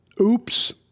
oops